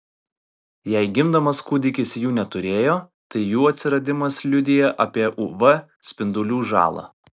jei gimdamas kūdikis jų neturėjo tai jų atsiradimas liudija apie uv spindulių žalą